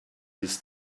his